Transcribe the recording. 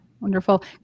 Wonderful